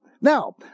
Now